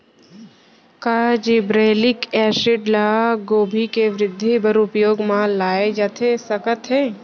का gibberellic acid ल गोभी के वृद्धि बर उपयोग म लाये जाथे सकत हे?